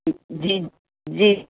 जी जी